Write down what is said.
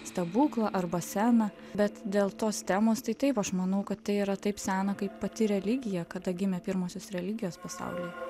stebuklą arba seną bet dėl tos temos tai taip aš manau kad tai yra taip sena kaip pati religija kada gimė pirmosios religijos pasaulyje